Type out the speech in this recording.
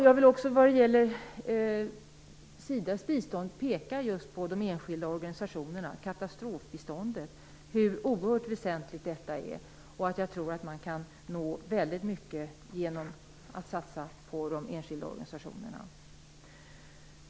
Jag vill också vad gäller SIDA:s bistånd peka just på de enskilda organisationerna, på hur oerhört väsentligt katastrofbiståndet är. Jag tror att man kan nå mycket genom att satsa på de enskilda organisationerna.